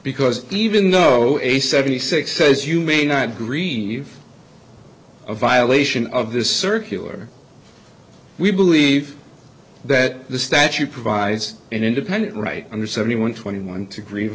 because even though a seventy six says you may not grieve a violation of this circular we believe that the statute provides an independent right under seventy one twenty one to agr